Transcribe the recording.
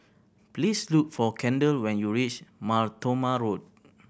please look for Kendall when you reach Mar Thoma Road